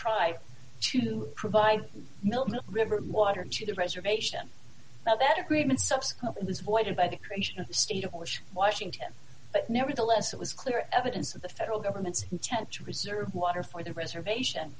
try to provide militant river water to the reservation that that agreement subsequently was voided by the creation of the state of washington but nevertheless it was clear evidence of the federal government's intent to preserve water for the reservation